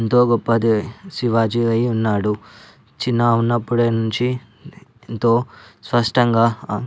ఎంతో గొప్పది శివాజీ అయి ఉన్నాడు చిన్నగా ఉన్నప్పటి నుంచి ఎంతో స్పష్టంగా